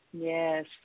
Yes